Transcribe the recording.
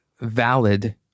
valid